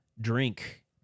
drink